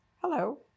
Hello